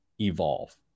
evolve